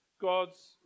God's